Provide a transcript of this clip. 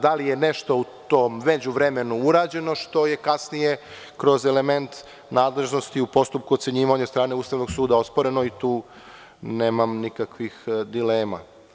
Da li je nešto u tom međuvremeno urađeno, što je kasnije kroz elemente nadležnosti u postupku ocenjivanja od strane Ustavnog suda osporeno i tu nemam nikakvih dilema.